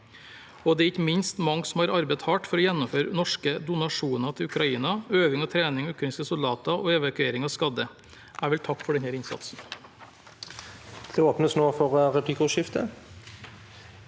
og det er ikke minst mange som har arbeidet hardt for å gjennomføre norske donasjoner til Ukraina, øving og trening av ukrainske soldater og evakuering av skadde. Jeg vil takke for denne innsatsen.